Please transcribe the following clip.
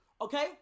okay